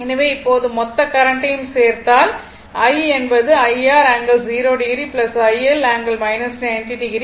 எனவே இப்போது மொத்த கரண்ட்டையும் சேர்த்தால் I என்பது IR ∠0o IL ∠ 90o